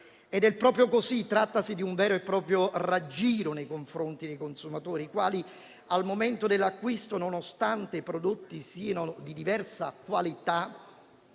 È proprio così, trattasi di un vero e proprio raggiro nei confronti dei consumatori, i quali, al momento dell'acquisto, nonostante i prodotti siano di diversa qualità,